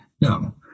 no